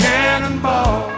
Cannonball